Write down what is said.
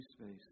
space